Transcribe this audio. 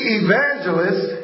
evangelists